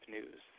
News